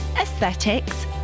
aesthetics